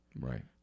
Right